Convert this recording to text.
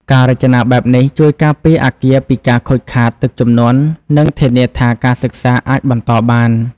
ការរចនាបែបនេះជួយការពារអគារពីការខូចខាតទឹកជំនន់ និងធានាថាការសិក្សាអាចបន្តបាន។